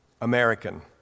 American